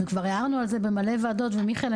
וכבר הערנו על זה במלא ועדות ומיכאל,